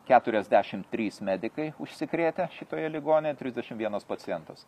keturiasdešim trys medikai užsikrėtę šitoje ligoninėje trisdešim vienas pacientas